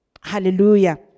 Hallelujah